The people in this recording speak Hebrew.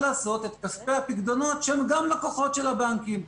כספי הפיקדונות שהם גם לקוחות של הבנקים.